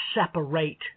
separate